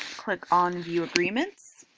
click on view agreements